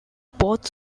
both